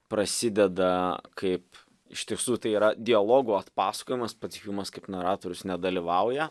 prasideda kaip iš tiesų tai yra dialogų atpasakojimas pats hjumas kaip naratorius nedalyvauja